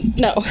No